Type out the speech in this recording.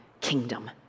kingdom